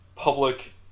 public